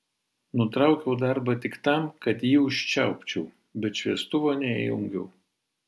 nutraukiau darbą tik tam kad jį užčiaupčiau bet šviestuvo neįjungiau